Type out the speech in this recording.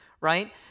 right